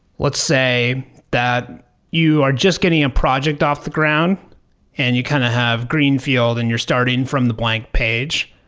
let's say that you are just getting a project off the ground and you kind of have greenfield and you're starting from the blank page.